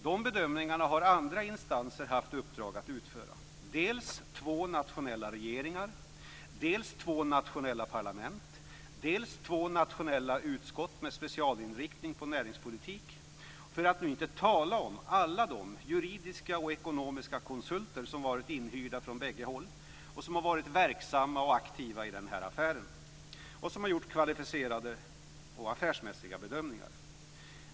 De bedömningarna har andra instanser haft i uppdrag att göra, dels två nationella regeringar, dels två nationella parlament och dels två nationella utskott med specialinriktning på näringspolitik, för att nu inte tala om alla de juridiska och ekonomiska konsulter som varit inhyrda från bägge håll. De har varit verksamma och aktiva i den här affären och har gjort kvalificerade och affärsmässiga bedömningar.